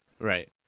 Right